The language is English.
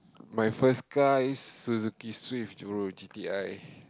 my first car is Suzuki-Swift bro G_T_I